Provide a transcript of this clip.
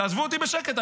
תעזבו אותי בשקט,